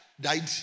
died